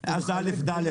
אולי קצת חברת א.ד.